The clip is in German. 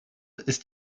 ist